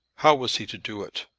how was he to do it?